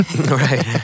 Right